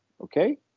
okay